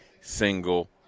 single